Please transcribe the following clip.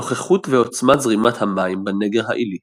נוכחות ועוצמת זרימת המים בנגר העילי